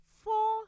four